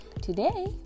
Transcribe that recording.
Today